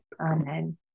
Amen